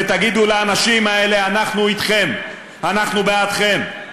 ותגידו לאנשים האלה: אנחנו אתכם, אנחנו בעדכם,